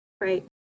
right